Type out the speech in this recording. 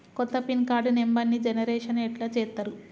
కొత్త PIN card నెంబర్ని generation ఎట్లా చేత్తరు?